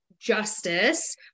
justice